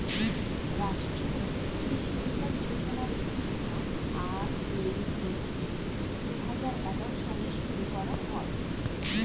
রাষ্ট্রীয় কৃষি বিকাশ যোজনার একটি ভাগ, আর.এ.ডি.পি দুহাজার এগারো সালে শুরু করা হয়